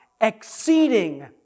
exceeding